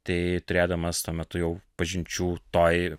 tai turėdamas tuo metu jau pažinčių toj